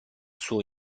suo